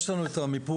יש לנו את המיפוי.